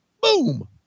boom